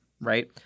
right